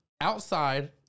outside